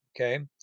okay